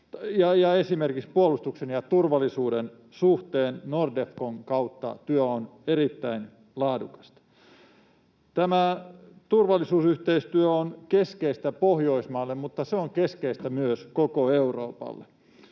esimerkiksi puolustuksen ja turvallisuuden suhteen Nordefcon kautta työ on erittäin laadukasta. Tämä turvallisuusyhteistyö on keskeistä Pohjoismaille, mutta se on keskeistä myös koko Euroopalle.